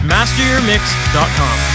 MasterYourMix.com